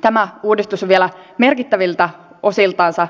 tämä uudistus on vielä merkittäviltä osiltansa